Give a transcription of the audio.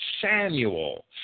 Samuel